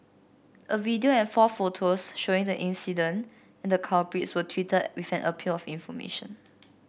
a video and four photos showing the incident and the culprits were tweeted with an appeal of information